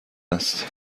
است